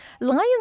Lions